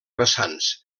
vessants